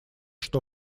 что